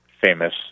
famous